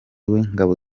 w’ingabo